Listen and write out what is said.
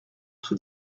tout